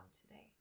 today